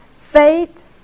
faith